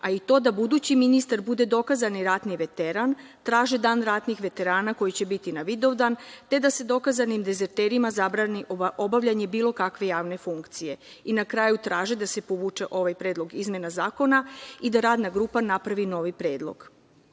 a i to da budući ministar bude dokazani ratni veteran, traže dan ratnih veterana koji će biti na Vidovdan, te da se dokazanim dezerterima zabrani obavljanje bilo kakve javne funkcije. Na kraju traže da se povuče ovaj predlog izmena zakona i da radna grupa napravi novi predlog. Ratni